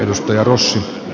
mestaruus